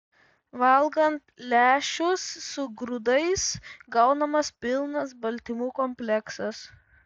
valgant lęšius su grūdais gaunamas pilnas baltymų kompleksas